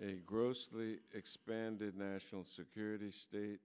in a grossly expanded national security state